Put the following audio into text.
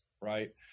Right